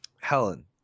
Helen